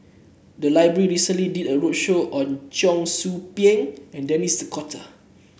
the library recently did a roadshow on Cheong Soo Pieng and Denis Cotta